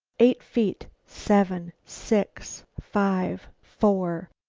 eight feet, seven, six, five, four.